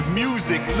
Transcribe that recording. music